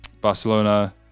Barcelona